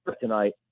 tonight